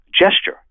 gesture